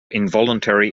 involuntary